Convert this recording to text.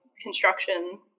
construction